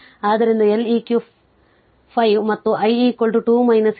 ಆದ್ದರಿಂದ L eq 5 ಮತ್ತು I 2 e ನ power 10 t millivolt milli volt